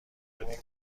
بدیم